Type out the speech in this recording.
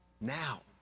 now